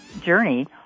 journey